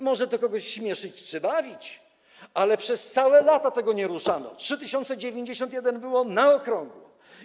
Może to kogoś śmieszyć czy bawić, ale przez całe lata tego nie ruszano, 3091 zł było na okrągło.